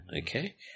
okay